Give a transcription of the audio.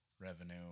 revenue